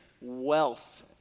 wealth